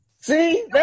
See